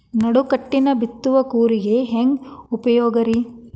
ನಡುಕಟ್ಟಿನ ಬಿತ್ತುವ ಕೂರಿಗೆ ಹೆಂಗ್ ಉಪಯೋಗ ರಿ?